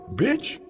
Bitch